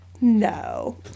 No